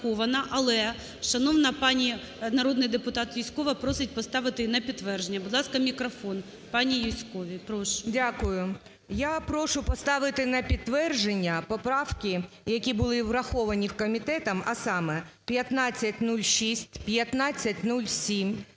Але, шановна пані народний депутат Юзькова просить поставити її на підтвердження. Будь ласка, мікрофон пані Юзьковій. Прошу. 16:42:31 ЮЗЬКОВА Т.Л. Дякую. Я прошу поставити на підтвердження поправки, які були враховані комітетом, а саме: 1506, 1507,